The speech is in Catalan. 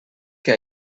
que